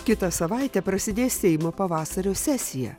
kitą savaitę prasidės seimo pavasario sesija